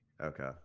Okay